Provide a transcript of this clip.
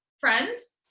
friends